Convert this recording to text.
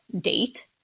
date